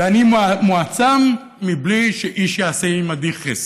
ואני מועצם בלי שאיש יעשה עמדי חסד.